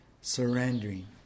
surrendering